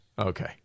Okay